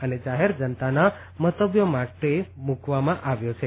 અને જાહેર જનતાના મંતવ્યો માટે મુકવામાં આવ્યો છે